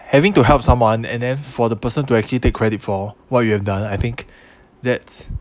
having to help someone and then for the person to actually take credit for what you have done I think that's